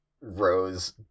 Rose